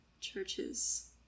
churches